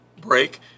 break